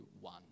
one